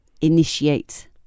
initiate